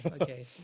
Okay